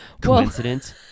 coincidence